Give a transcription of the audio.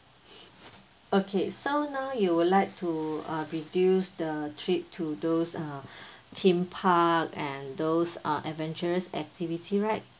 okay so now you would like to uh reduce the trip to those uh theme park and those uh adventurous activity right